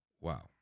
Wow